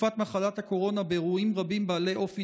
בתקופת מחלת הקורונה באירועים רבים בעלי אופי